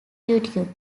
youtube